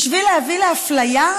בשביל להביא לאפליה,